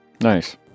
Nice